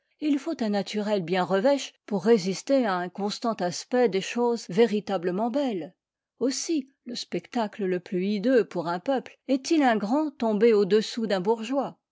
il faut un naturel bien revêche pour résister à un constant aspect de choses véritablement belles aussi le spectacle le plus hideux pour un peuple est-il un grand tombé au-dessous d'un bourgeois